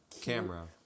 Camera